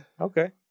Okay